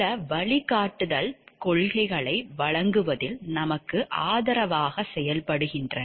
சில வழிகாட்டுதல் கொள்கைகளை வழங்குவதில் நமக்கு ஆதரவாக செயல்படுகின்றன